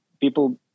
People